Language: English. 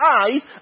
eyes